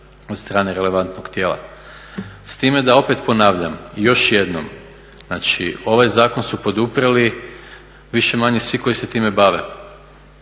od strane relevantnog tijela. S time da opet ponavlja i još jednom, znači ovaj zakon u poduprli više-manje svi koji se time bave.